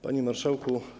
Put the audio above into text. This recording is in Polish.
Panie Marszałku!